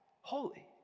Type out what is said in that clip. holy